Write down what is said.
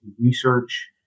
research